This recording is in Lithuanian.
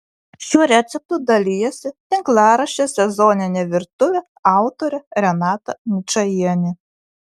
šiuo receptu dalijasi tinklaraščio sezoninė virtuvė autorė renata ničajienė